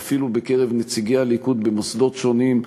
ואפילו בקרב נציגי הליכוד במוסדות שונים,